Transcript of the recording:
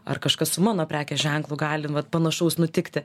ar kažkas su mano prekės ženklu gali vat panašaus nutikti